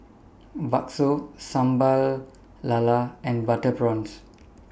Bakso Sambal Lala and Butter Prawns